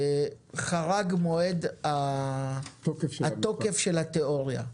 חרג מועד התוקף של התיאוריה,